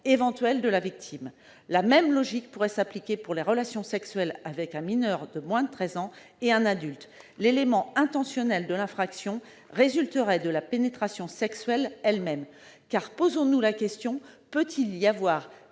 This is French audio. éventuel de la victime. La même logique pourrait s'appliquer pour les relations sexuelles avec un mineur de moins de treize ans et un adulte. L'élément intentionnel de l'infraction résulterait de la pénétration sexuelle elle-même. Posons-nous la question : peut-il y avoir